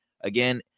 again